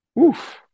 oof